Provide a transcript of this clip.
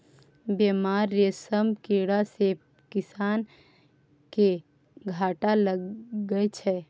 बेमार रेशम कीड़ा सँ किसान केँ घाटा लगै छै